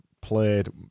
Played